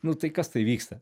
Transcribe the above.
nu tai kas tai vyksta